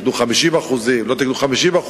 תיקנו 50%; לא תיקנו 50%,